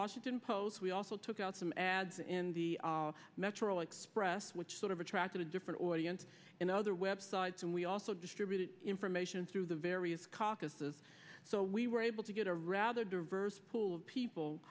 washington post we also took out some ads in the metro express which sort of attracted a different audience in other websites and we also distributed information through the various caucus is so we were able to get a rather diverse pool of people